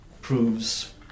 proves